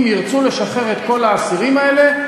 אם ירצו לשחרר את כל האסירים האלה,